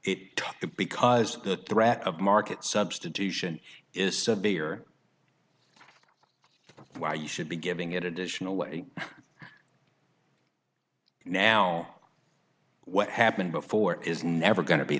it because the threat of market substitution is severe but why you should be giving it additional way now what happened before is never going to be